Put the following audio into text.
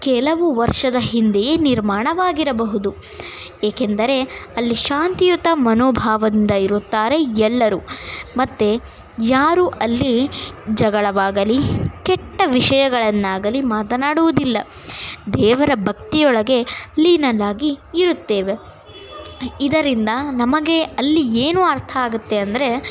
ಕೆಲವು ವರ್ಷದ ಹಿಂದೆಯೇ ನಿರ್ಮಾಣವಾಗಿರಬಹುದು ಏಕೆಂದರೆ ಅಲ್ಲಿ ಶಾಂತಿಯುತ ಮನೋಭಾವದಿಂದ ಇರುತ್ತಾರೆ ಎಲ್ಲರೂ ಮತ್ತು ಯಾರು ಅಲ್ಲಿ ಜಗಳವಾಗಲಿ ಕೆಟ್ಟ ವಿಷಯಗಳನ್ನಾಗಲಿ ಮಾತನಾಡುವುದಿಲ್ಲ ದೇವರ ಭಕ್ತಿಯೊಳಗೆ ಲೀನವಾಗಿ ಇರುತ್ತೇವೆ ಇದರಿಂದ ನಮಗೆ ಅಲ್ಲಿ ಏನು ಅರ್ಥ ಆಗುತ್ತೆ ಅಂದರೆ